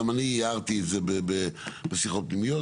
גם אני הערתי את זה בשיחות פנימיות.